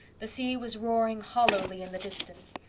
the sea was roaring hollowly in the distance,